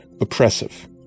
oppressive